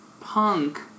punk